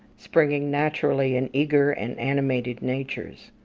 springing naturally in eager and animated natures.